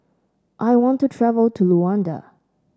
I want to travel to Luanda